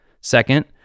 Second